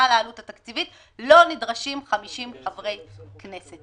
לעלות התקציבית לא נדרשים 50 חברי כנסת.